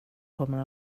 kommer